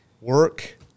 work